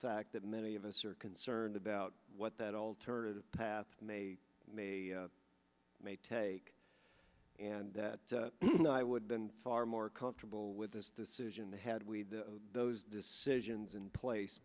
fact that many of us are concerned about what that alternative path may may may take and that i would been far more comfortable with this decision had we had those decisions in place